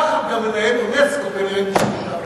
ככה גם מנהל אונסק"ו כנראה קיבל את ההחלטה.